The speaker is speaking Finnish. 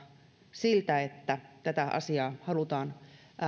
siltä että halutaan